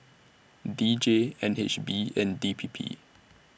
D J N H B and D P P